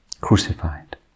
crucified